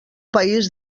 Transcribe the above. país